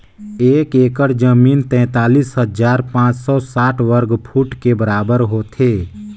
एक एकड़ जमीन तैंतालीस हजार पांच सौ साठ वर्ग फुट के बराबर होथे